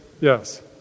Yes